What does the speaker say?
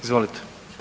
Izvolite.